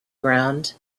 ground